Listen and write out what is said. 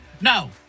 No